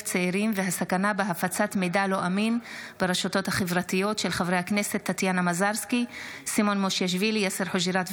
ציון" בראשות העבריין המורשע אליעזר ברלנד על ידי המדינה,